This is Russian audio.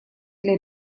для